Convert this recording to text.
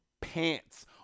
pants